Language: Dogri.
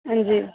हां जी